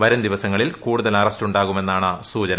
വരും ദിവസങ്ങളിൽ കൂടുതൽ അറസ്റ്റ് ഉണ്ടാകുമെന്നാണ് സുചന